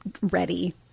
ready